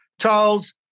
Charles